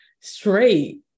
straight